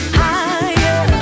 higher